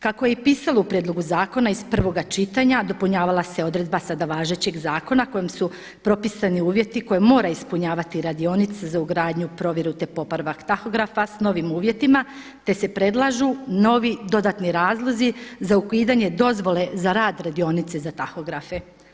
Kako je i pisalo u prijedlogu zakona iz prvoga čitanja dopunjavala se odredba sada važećeg zakona kojim su propisani uvjeti koje mora ispunjavati radionica za ugradnju, provjeru, te popravak tahografa sa novim uvjetima, te se predlažu novi dodatni razlozi za ukidanje dozvole za rad radionice za tahografe.